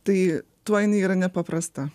tai tuo jinai yra nepaprasta